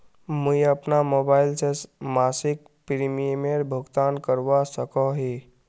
मुई अपना मोबाईल से मासिक प्रीमियमेर भुगतान करवा सकोहो ही?